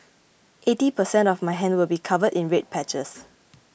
eighty percent of my hand will be covered in red patches